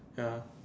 ya